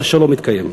שהשלום יתקיים.